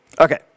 Okay